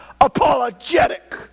apologetic